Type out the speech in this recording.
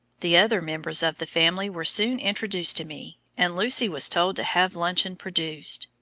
the other members of the family were soon introduced to me, and lucy was told to have luncheon produced.